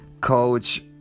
coach